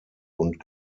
und